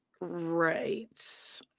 right